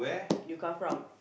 you come from